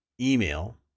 email